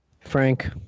Frank